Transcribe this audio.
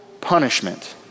punishment